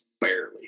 barely